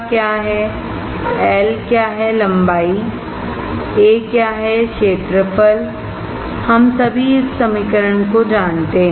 L क्या है लंबाई A क्या है क्षेत्रफल हम सभी इस समीकरण को जानते हैं